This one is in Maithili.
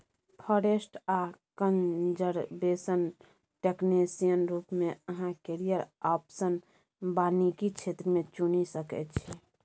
फारेस्ट आ कनजरबेशन टेक्निशियन रुप मे अहाँ कैरियर आप्शन बानिकी क्षेत्र मे चुनि सकै छी